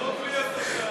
טוב לי איפה שאני.